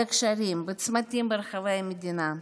על הגשרים ובצמתים ברחבי המדינה.